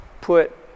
put